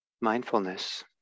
mindfulness